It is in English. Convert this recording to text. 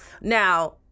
now